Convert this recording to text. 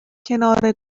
کنار